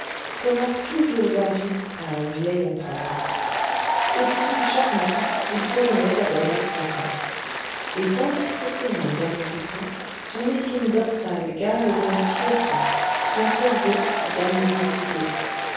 fera toujours envie à un vieil empereur et puis chaque matin il se remet à gagner son pain et tandis que ses mains gagnent du pain son épine dorsale gagne de la fierté son cerveau gagne des idées